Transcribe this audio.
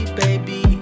baby